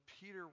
Peter